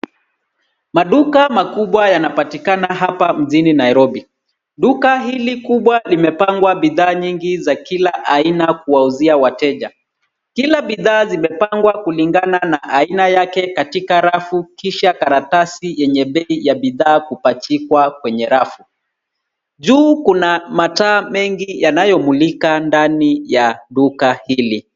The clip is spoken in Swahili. Maduka makubwa yanapatikana hapa mjini Nairobi. Duka hili kubwa limepangwa bidhaa nyingi za kila aina kwa kuwauzia wateja. Kila bidhaa zimepangwa kulingana na aina yake katika rafu kisha karatasi yenye bei ya bidhaa kupachikwa kwenye rafu. Juu kuna mataa mengi yanayomulika ndani ya duka hili.